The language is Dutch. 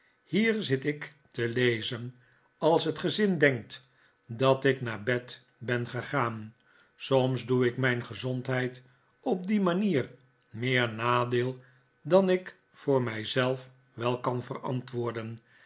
bier zit ik te lezen als het gezin denkt dat ik naar bed ben gegaan soms doe ik mijn gezondheid op die manier meer nadeel dan ik voor mij zelf wel kan verantwoorden